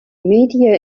media